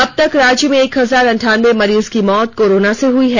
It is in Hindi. अब तक राज्य में एक हजार अन्ठानबे मरीज की मौत कोरोना से हुई हैं